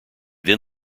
then